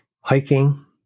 hiking